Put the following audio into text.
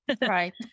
right